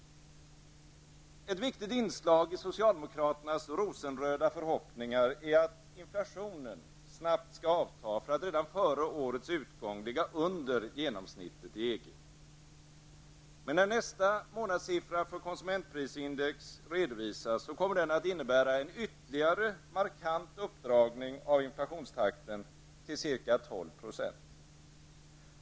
Ett viktigt inslag i socialdemokraternas rosenröda förhoppningar är att inflationen snabbt skall avta för att redan före årets utgång ligga under genomsnittet i EG. Men när nästa månadssiffra för konsumentprisindex redovisas, kommer den att innebära en ytterligare markant uppdragning av inflationstakten till ca 12 %.